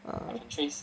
ah